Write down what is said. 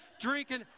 drinking